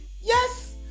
Yes